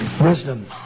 Wisdom